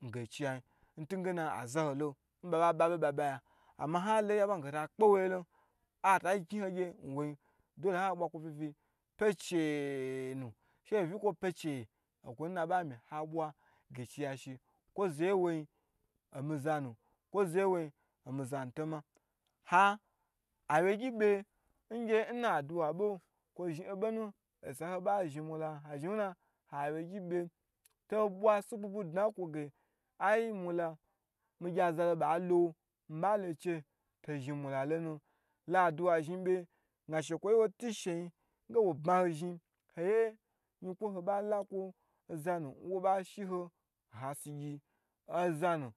n nge chiyai ntugena aza ho lo nba ba ba bo ba baya n halo ngye ata kpeho yelon aito shni ho gye nwo yin do le ho ha bwa kwo vi pye cheyenu, she ho vikwo pye cheye nkwo nu nna ba bwa gaici yashi kwo zaye woyin omi zanu, kwo zaye wo nyi omizanu to ma, awye gyi be nlo n aduwa bo kwo zhin obo nu sa ho ba zhi mula ha awye gyi be to twa si bwi bwi dna kwo ge ai mala migye za lo ba lo mba lo chu to zhni mula lo nu la aduwa zhni be na shekwoyi wo tu she yin wo ba bma ho zhni nge shekwo yi kwo tu she yin wo bma ho zhni nge shekwo yi kwo tu she yin wo bma ho zhni.